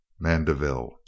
Mandeville